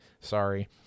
Sorry